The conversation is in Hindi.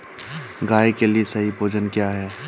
गाय के लिए सही भोजन क्या है?